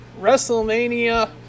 Wrestlemania